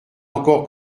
encore